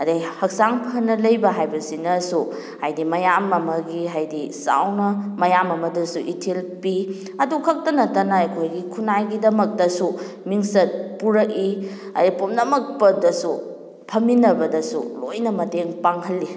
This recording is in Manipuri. ꯑꯗꯩ ꯍꯛꯆꯥꯡ ꯐꯅ ꯂꯩꯕ ꯍꯥꯏꯕꯁꯤꯅꯁꯨ ꯍꯥꯏꯗꯤ ꯃꯌꯥꯝ ꯑꯃꯒꯤ ꯍꯥꯏꯗꯤ ꯆꯥꯎꯅ ꯃꯌꯥꯝ ꯑꯃꯗꯁꯨ ꯏꯊꯤꯜ ꯄꯤ ꯑꯗꯨ ꯈꯛꯇ ꯅꯠꯇꯅ ꯑꯩꯈꯣꯏꯒꯤ ꯈꯨꯟꯅꯥꯏꯒꯤꯗꯃꯛꯇꯁꯨ ꯃꯤꯡꯆꯠ ꯄꯨꯔꯛꯏ ꯍꯥꯏꯗꯤ ꯄꯨꯝꯅꯃꯛꯄꯇꯁꯨ ꯐꯝꯃꯤꯟꯅꯕꯗꯁꯨ ꯂꯣꯏꯅ ꯃꯇꯦꯡ ꯄꯥꯡꯍꯜꯂꯤ